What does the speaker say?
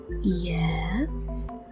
Yes